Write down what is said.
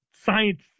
science